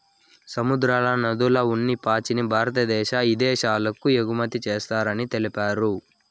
సముద్రాల, నదుల్ల ఉన్ని పాచిని భారద్దేశం ఇదేశాలకు ఎగుమతి చేస్తారని తెలిపారు